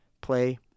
play